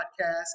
podcast